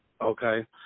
Okay